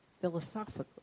philosophically